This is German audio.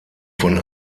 von